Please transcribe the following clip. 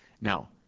Now